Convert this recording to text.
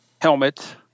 helmet